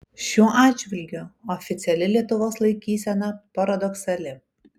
šiuo atžvilgiu oficiali lietuvos laikysena paradoksali